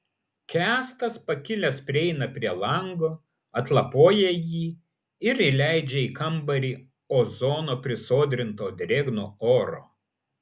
kęstas pakilęs prieina prie lango atlapoja jį ir įleidžia į kambarį ozono prisodrinto drėgno oro